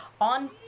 on